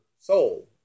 soul